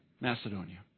Macedonia